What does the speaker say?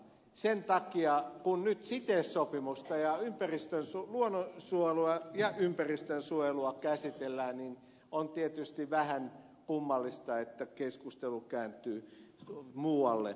sen takia kun nyt cites sopimusta ja luonnonsuojelua ja ympäristönsuojelua käsitellään on tietysti vähän kummallista että keskustelu kääntyy muualle